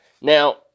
Now